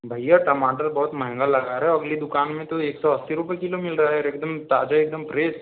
भैया टमाटर बहुत महंगा लगा रहे हो अगली दुकान में तो एक सौ अस्सी रुपये किलो मिल रहा है एकदम ताज़े एकदम फ्रेश